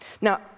Now